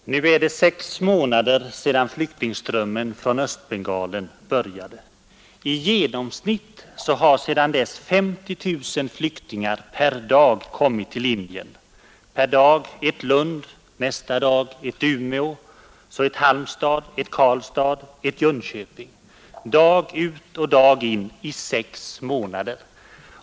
Herr talman! Nu är det sex månader sedan flyktingströmmen från Östbengalen började. I genomsnitt har sedan dess 50 000 flyktingar per dag kommit till Indien. Ena dagen ett Lund, nästa dag ett Umeå, så ett Halmstad, ett Karlstad, ett Jönköping — dag ut och dag in i sex månader.